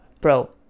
Bro